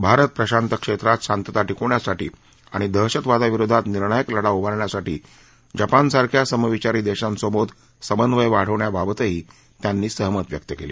भारत प्रशांत क्षेत्रात शांतता टिकवण्यासाठी आणि दहशतवादाविरोधात निर्णय लढा उभारण्यासाठी जपानसारख्या समविचारी देशांसोबत समन्वय वाढवण्याबाबतही त्यांनी सहमती व्यक्त केली